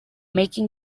making